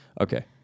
Okay